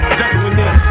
destiny